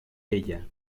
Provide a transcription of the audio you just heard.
vella